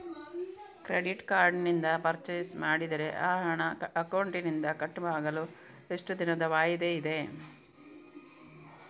Credit card ನಿಂದ purchase ಮಾಡಿದರೆ ಆ ಹಣ ಅಕೌಂಟಿನಿಂದ ಕಟ್ ಆಗಲು ಎಷ್ಟು ದಿನದ ವಾಯಿದೆ ಇದೆ?